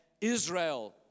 Israel